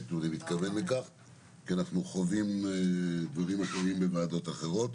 ואני מתכוון לכך כי אנחנו חווים דברים אחרים בוועדות אחרות.